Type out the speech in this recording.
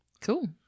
Cool